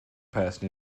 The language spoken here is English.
person